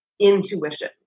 Intuition